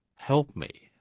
help me!